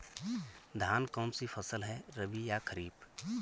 धान कौन सी फसल है रबी या खरीफ?